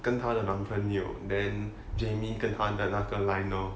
跟她的男朋友 then jamie 跟他的那个 lionel